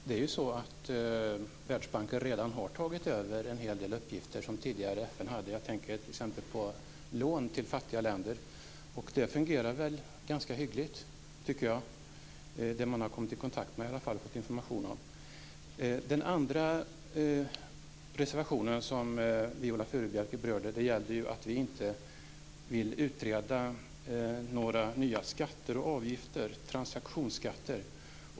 Fru talman! Världsbanken har redan tagit över en del uppgifter som FN hade tidigare. Jag tänker t.ex. på lån till fattiga länder. Det fungerar hyggligt. Viola Furubjelke berörde den reservation som gäller att vi inte vill utreda frågan om nya skatter och avgifter, dvs. transaktionsskatter.